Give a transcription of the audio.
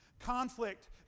Conflict